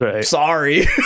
Sorry